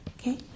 Okay